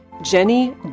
Jenny